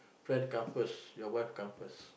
first come first your wife come first